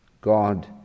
God